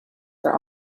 for